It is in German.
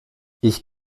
ich